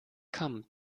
come